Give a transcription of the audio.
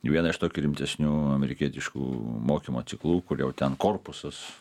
į vieną iš tokių rimtesnių amerikietiškų mokymo ciklų kur jau ten korpusus